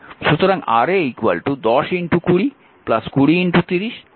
সুতরাং Ra 1020 2030 3010 10